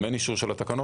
אם אין אישור של התקנות,